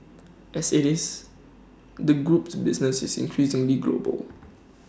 as IT is the group's business is increasingly global